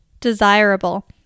desirable